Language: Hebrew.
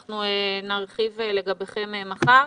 אנחנו נרחיב לגביכם בדיון שיתקיים מחר.